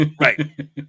right